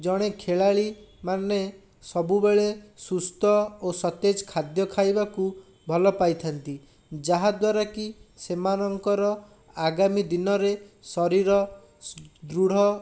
ଜଣେ ଖେଳାଳି ମାନେ ସବୁବେଳେ ସୁସ୍ଥ ଓ ସତେଜ ଖାଦ୍ୟ ଖାଇବାକୁ ଭଲ ପାଇଥାନ୍ତି ଯାହାଦ୍ୱାରାକି ସେମାନଙ୍କର ଆଗାମୀ ଦିନରେ ଶରୀର ସୁଦୃଢ଼